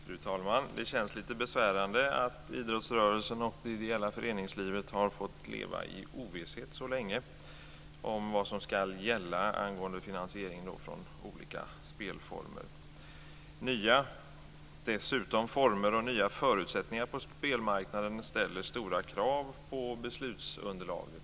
Fru talman! Det känns lite besvärande att idrottsrörelsen och det ideella föreningslivet har fått leva i ovisshet så länge om vad som ska gälla angående finansieringen från olika spelformer. Nya former och förutsättningar på spelmarknaden ställer stora krav på beslutsunderlaget.